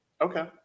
okay